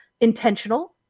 intentional